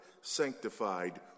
sanctified